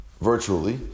virtually